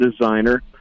designer